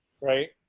right